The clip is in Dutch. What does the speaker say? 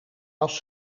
was